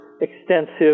extensive